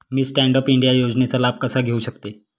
मी stand up India योजनेचा लाभ कसा घेऊ शकते